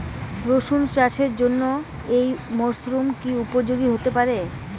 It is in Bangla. রসুন চাষের জন্য এই মরসুম কি উপযোগী হতে পারে?